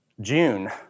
June